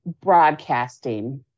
broadcasting